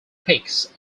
picks